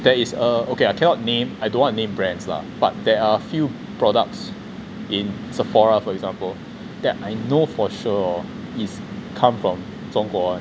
there is a okay I cannot name I don't want name brands lah but there are few products in sephora for example that I know for sure hor is come from 中国 [one]